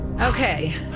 Okay